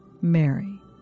Mary